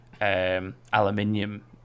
Aluminium